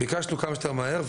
ביקשנו כמה שיותר מהר,